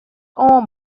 oan